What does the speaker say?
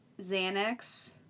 Xanax